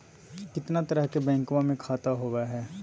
कितना तरह के बैंकवा में खाता होव हई?